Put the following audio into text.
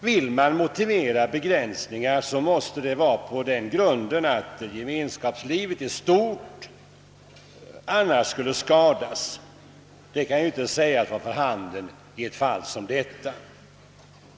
Vill man motivera begränsningar av denna, måste det vara på den grunden, att gemenskapslivet i stort annars skulle skadas. Det kan inte sägas gälla i ett fall som detta.